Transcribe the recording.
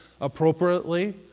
appropriately